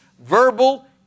verbal